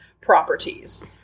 properties